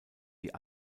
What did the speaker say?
die